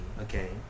Okay